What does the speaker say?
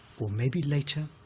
or maybe later,